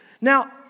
Now